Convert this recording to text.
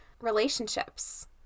relationships